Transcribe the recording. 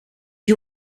you